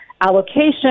allocation